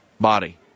body